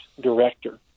director